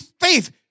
faith